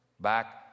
back